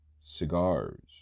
cigars